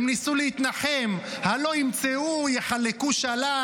הן ניסו להתנחם: הלוא ימצאו, יחלקו שלל,